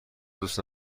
دوست